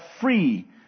free